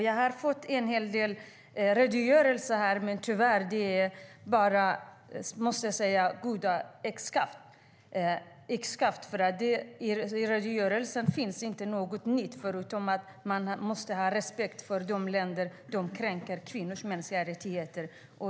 Jag har fått en redogörelse här, men det är tyvärr bara god dag yxskaft. I redogörelsen finns inte något nytt, förutom att man måste ha respekt för de länder som kränker kvinnors mänskliga rättigheter.